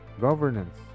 governance